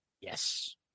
Yes